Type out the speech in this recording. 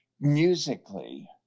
musically